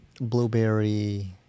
blueberry